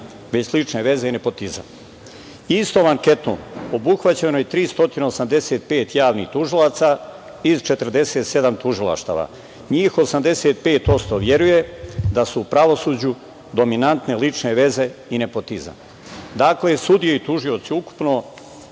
već slične veze i nepotizam. Istom anketom obuhvaćeno je 385 javnih tužilaca iz 47 tužilaštava. Njih 85% veruje da su u pravosuđu dominantne lične veze i nepotizam. Dakle, sudije i tužioci ukupno